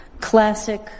classic